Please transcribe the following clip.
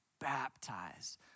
baptized